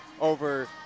over